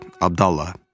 Abdullah